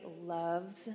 loves